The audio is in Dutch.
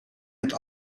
het